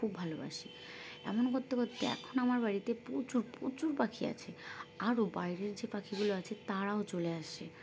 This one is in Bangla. খুব ভালোবাসি এমন করতে করতে এখন আমার বাড়িতে প্রচুর প্রচুর পাখি আছে আরও বাইরের যে পাখিগুলো আছে তারাও চলে আসে